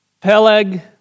Peleg